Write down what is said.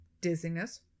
dizziness